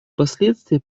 последствия